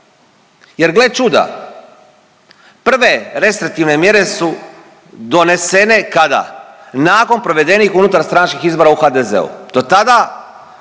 Jel' gle čuda prve restriktivne mjere su donesene kada? Nakon provedenih unutarstranačkih izbora u HDZ-u.